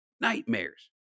nightmares